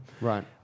Right